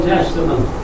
Testament